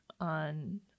on